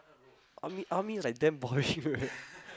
army army is like damn boring right